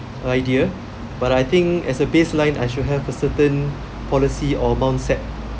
idea but I think as a baseline I should have a certain policy or amount set